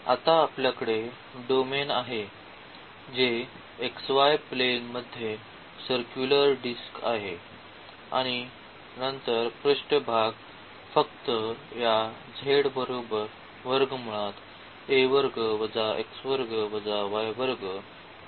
तर आता आपल्याकडे डोमेन आहे जे xy प्लेन मध्ये सर्क्युलर डिस्क आहे आणि नंतर पृष्ठभाग फक्त या द्वारे दिले जाईल